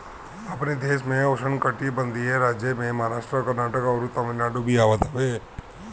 अपनी देश में उष्णकटिबंधीय राज्य में महाराष्ट्र, कर्नाटक, अउरी तमिलनाडु भी आवत हवे